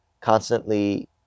constantly